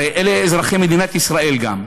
הרי אלה אזרחי מדינת ישראל גם.